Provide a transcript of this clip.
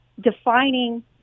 defining